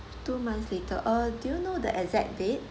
two months later uh do you know the exact date